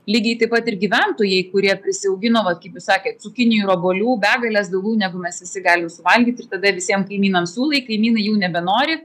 lygiai taip pat ir gyventojai kurie prisiaugino vat kaip jūs sakėt cukinijų ir obuolių begales daugiau negu mes visi galim suvalgyt ir tada visiem kaimynam siūlai kaimynai jau nebenori